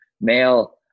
male